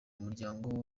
muryango